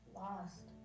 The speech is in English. lost